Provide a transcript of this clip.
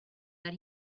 that